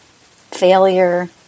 failure